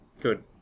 good